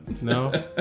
No